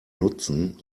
nutzen